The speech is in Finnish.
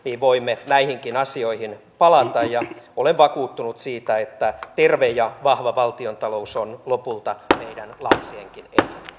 voimme näihinkin asioihin palata olen vakuuttunut siitä että terve ja vahva valtiontalous on lopulta meidän lapsiemmekin